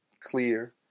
clear